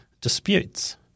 disputes